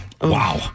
Wow